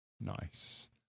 Nice